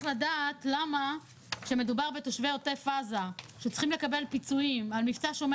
לדעת למה כשמדובר בתושבי עוטף עזה שצריכים לקבל פיצויים על מבצע 'שומר